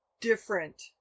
different